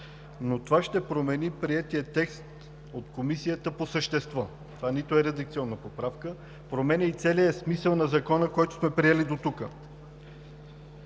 обаче ще промени приетия текст от Комисията по същество. Това не е редакционна поправка, променя и целия смисъл на Закона, който сме приели до тук.